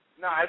No